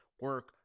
Work